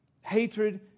hatred